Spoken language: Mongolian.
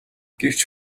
гэвч